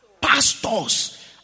pastors